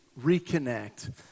Reconnect